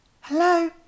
Hello